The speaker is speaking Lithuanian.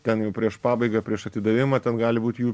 ten jau prieš pabaigą prieš atidavimą ten gali būti jų